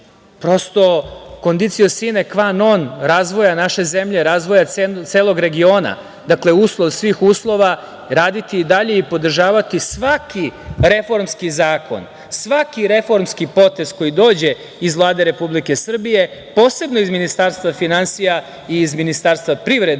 prosto „Condicio sine quo non“ razvoja naše zemlje, razvoja celo regiona, dakle, uslov svih uslova, raditi i dalje i podržavati svaki reformski zakon. Svaki reformski potez koji dođe iz Vlade Republike Srbije, posebno iz Ministarstva finansija i iz Ministarstva privrede